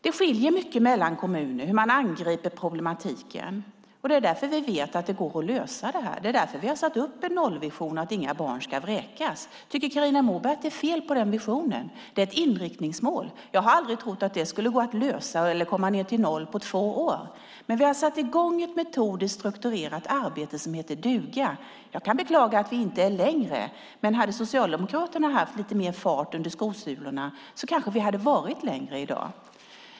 Det skiljer mycket mellan kommunerna beträffande hur man angriper problematiken. Det är därför vi vet att den går att lösa. Det är därför vi satt upp en nollvision som innebär att inga barn ska vräkas. Tycker Carina Moberg att det är fel på den visionen? Det är ett inriktningsmål. Jag har aldrig trott att det skulle kunna nås så att man kom ned till noll på två år. Vi har dock satt i gång ett metodiskt strukturerat arbete som heter duga. Jag kan beklaga att vi inte kommit längre, men om Socialdemokraterna hade haft lite mer drag under sulorna kanske vi hade kommit längre i dag.